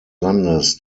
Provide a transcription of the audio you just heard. landes